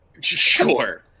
sure